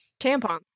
tampons